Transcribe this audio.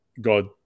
God